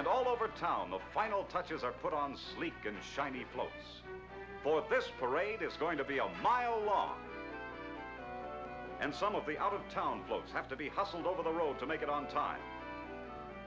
and all over town the final touches are put on sleek and shiny blow for this parade is going to be a mile long and some of the out of town voters have to be hustled over the road to make it on time